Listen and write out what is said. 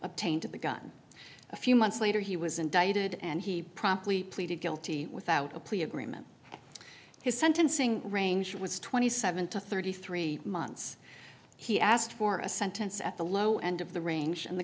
obtained the gun a few months later he was indicted and he promptly pleaded guilty without a plea agreement his sentencing range was twenty seven to thirty three months he asked for a sentence at the low end of the range and the